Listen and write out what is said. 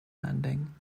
landing